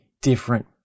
different